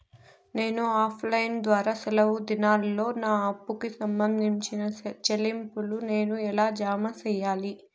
నేను offline ద్వారా సెలవు దినాల్లో నా అప్పుకి సంబంధించిన చెల్లింపులు నేను ఎలా జామ సెయ్యాలి?